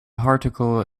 article